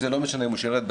ולא משנה איפה הם שירתו,